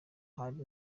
hari